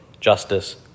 justice